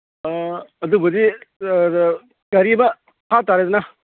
ꯑꯥ ꯑꯗꯨꯕꯨꯗꯤ ꯀꯔꯤꯕ ꯐꯥ ꯇꯥꯔꯦꯗꯅ